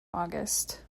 august